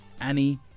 Annie